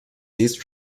these